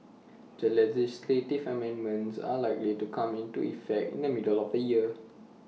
the legislative amendments are likely to come into effect in the middle of the year